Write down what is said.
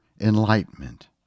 enlightenment